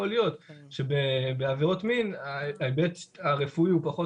יכול להיות שבעבירות מין ההיבט הרפואי הוא פחות